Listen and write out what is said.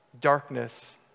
darkness